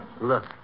Look